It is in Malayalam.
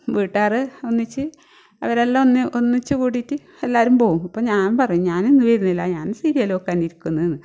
വീട്ടുകാർ ഒന്നിച്ച് അവരെല്ലാം ഒന്ന് ഒന്നിച്ച് കൂടീട്ട് എല്ലാവരും പോവും അപ്പം ഞാൻ പറയും ഞാൻ ഇന്ന് വരുന്നില്ല ഞാൻ സീരിയല് നോക്കാൻ ഇരിക്കുന്നുവെന്ന്